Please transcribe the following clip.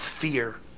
fear